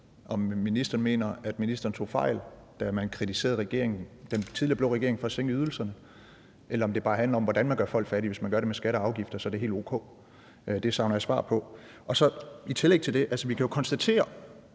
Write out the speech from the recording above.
om ministeren mener, at ministeren tog fejl, da man kritiserede den tidligere blå regering for at sænke ydelserne, eller om det bare handler om, hvordan man gør folk fattige – at hvis man gør det med skatter og afgifter, er det helt o.k. Det savner jeg svar på. Og i tillæg til det kan vi jo konstatere,